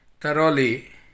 thoroughly